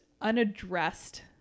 unaddressed